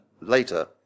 later